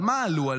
אבל על מה עלו?